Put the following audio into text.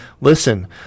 listen